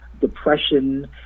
depression